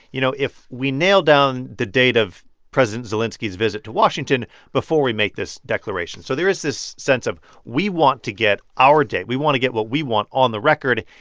you know, if we nail down the date of president zelenskiy's visit to washington before we make this declaration. so there is this sense of we want to get our day. we want to get what we want on the record.